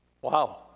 Wow